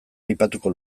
aipatuko